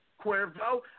Cuervo